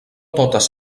totes